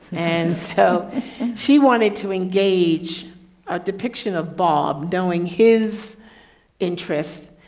and so she wanted to engage a depiction of bob knowing his interest,